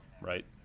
right